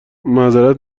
معذرت